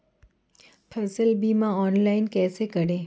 फसल बीमा ऑनलाइन कैसे करें?